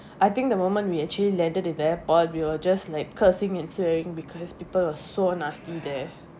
I think the moment we actually landed in the airport we were just like cursing and swearing because people are so nasty there